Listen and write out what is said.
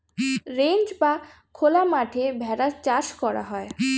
ranch বা খোলা মাঠে ভেড়ার চাষ করা হয়